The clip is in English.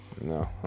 No